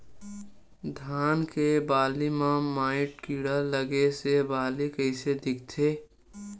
धान के बालि म माईट कीड़ा लगे से बालि कइसे दिखथे?